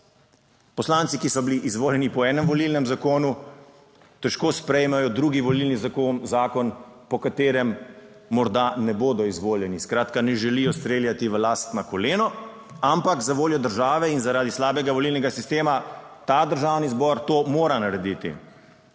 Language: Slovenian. Poslanci, ki so bili izvoljeni po enem volilnem zakonu, težko sprejmejo drugi volilni zakon, po katerem morda ne bodo izvoljeni. Skratka, ne želijo streljati v lastno koleno, ampak za voljo države in zaradi slabega volilnega sistema ta Državni zbor to mora narediti.